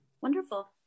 wonderful